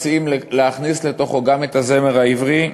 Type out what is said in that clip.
מציעים להכניס לתוך זה גם את הזמר העברי,